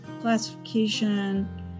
classification